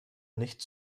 nicht